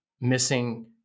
missing